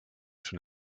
schon